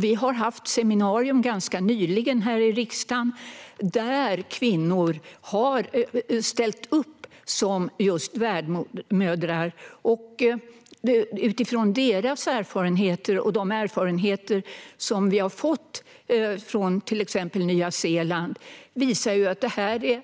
Vi hade nyligen ett seminarium här i riksdagen om kvinnor som har ställt upp som värdmödrar. Deras erfarenheter och sådana erfarenheter som vi har tagit del av från till exempel Nya Zeeland visar att det hela är